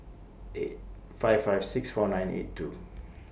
eight five five six four nine eight two